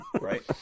Right